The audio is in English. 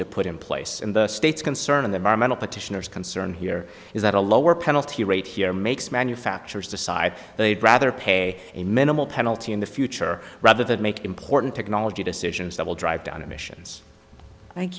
to put in place in the states concerned there are many petitioners concern here is that a lower penalty rate here makes manufacturers decide they'd rather pay a minimal penalty in the future rather than make important technology decisions that will drive down emissions thank